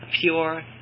pure